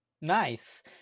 Nice